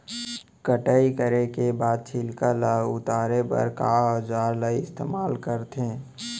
कटाई करे के बाद छिलका ल उतारे बर का औजार ल इस्तेमाल करथे?